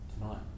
Tonight